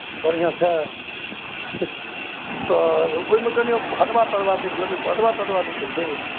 बढ़िआँ छै तऽ तऽ ओहिमे कनि भदवा तदवा देख लेबै भदवा तदवा नहि तऽ छै